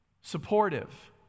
supportive